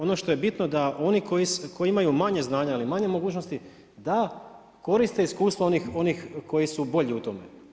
Ono što je bitno da oni koji imaju manje znanja ili manje mogućnosti da koriste iskustva onih koji su bolji u tome.